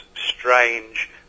strange